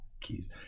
keys